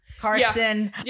Carson